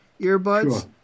earbuds